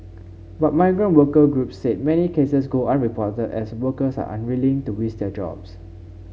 but migrant worker groups said many cases go unreported as workers are unwilling to risk their jobs